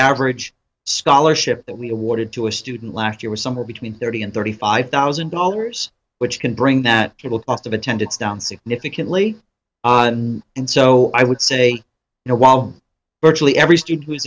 average scholarship that we awarded to a student last year was somewhere between thirty and thirty five thousand dollars which can bring that will cost of attendance down significantly and so i would say you know while virtually every student who's